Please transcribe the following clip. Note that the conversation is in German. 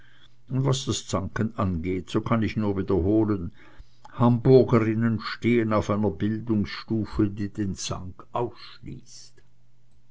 und was das zanken angeht so kann ich nur wiederholen hamburgerinnen stehen auf einer bildungsstufe die den zank ausschließt